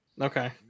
Okay